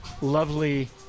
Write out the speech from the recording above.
lovely